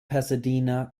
pasadena